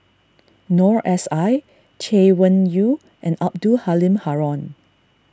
Noor S I Chay Weng Yew and Abdul Halim Haron